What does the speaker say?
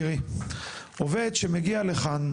תראי, עובד שמגיע לכאן,